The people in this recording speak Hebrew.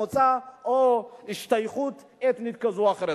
מוצא או השתייכות אתנית כזאת או אחרת.